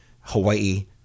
Hawaii